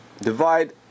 Divide